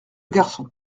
garçon